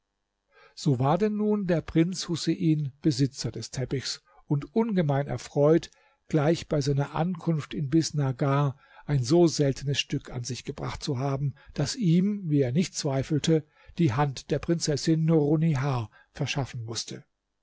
so war denn nun der prinz husein besitzer des teppichs und ungemein erfreut gleich bei seiner ankunft in bisnagar ein so seltenes stück an sich gebracht zu haben das ihm wie er nicht zweifelte die hand der prinzessin nurunnihar verschaffen mußte